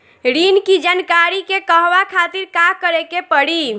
ऋण की जानकारी के कहवा खातिर का करे के पड़ी?